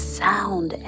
sound